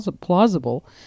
plausible